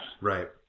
Right